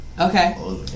Okay